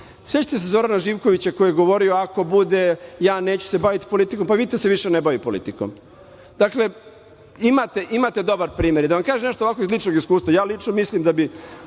sećate Zorana Živkovića koji je govorio – ako bude ja neću se bavite politikom, pa vidite da se više ne bavi politikom. Dakle, imate dobar primer. Da vam kažem nešto ovako iz ličnog iskustva. Ja lično mislim da bi